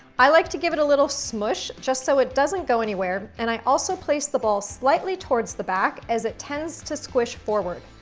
i like to give it a little smush, just so it doesn't go anywhere. and i also place the ball slightly towards the back, as it tends to squish forward.